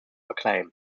acclaim